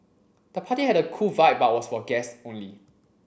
the party had a cool vibe but was for guests only